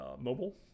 mobile